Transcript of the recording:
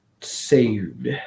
saved